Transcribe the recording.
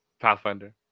Pathfinder